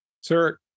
Sir